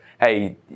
hey